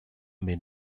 may